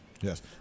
Yes